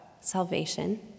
salvation